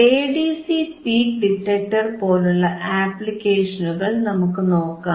എഡിസികളിലെ peak detector പോലുള്ള ആപ്ലിക്കേഷനുകൾ നമുക്കു നോക്കാം